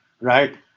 right